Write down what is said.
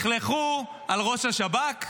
לכלכו על ראש השב"כ,